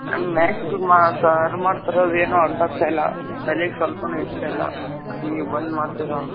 maths ಮಾ sir ಮಾಡ್ತರೆ ಅದೇನೂ ಅರ್ಥ ಆಗ್ತಾಯಿಲ್ಲ ತಲೆಗೆ ಸ್ವಲ್ಪಾನು ಇಡ್ತಯಿಲ್ಲ ನೀವು ಬಂದು ಮಾಡ್ತೀರಾ